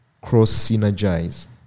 cross-synergize